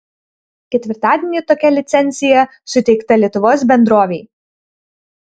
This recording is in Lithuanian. ketvirtadienį tokia licencija suteikta lietuvos bendrovei